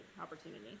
opportunity